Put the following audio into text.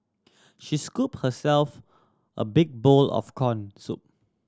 she scooped herself a big bowl of corn soup